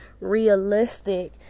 realistic